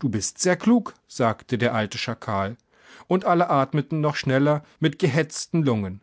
du bist sehr klug sagte der alte schakal und alle atmeten noch schneller mit gehetzten lungen